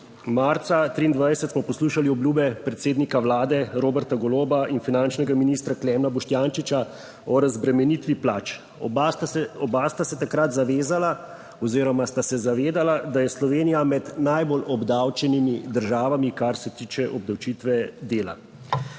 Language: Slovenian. Marca 2023 smo poslušali obljube predsednika vlade Roberta Goloba in finančnega ministra Klemna Boštjančiča o razbremenitvi plač. Oba sta se takrat zavezala oziroma sta se zavedala, da je Slovenija med najbolj obdavčenimi državami, kar se tiče obdavčitve dela.